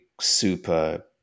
super